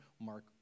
Mark